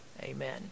Amen